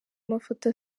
amafoto